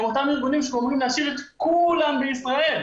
הם אותם ארגונים שאומרים להשאיר את כולם בישראל.